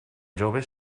jove